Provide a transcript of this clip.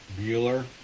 Bueller